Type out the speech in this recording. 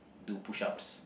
do push-ups